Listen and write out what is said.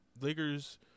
Lakers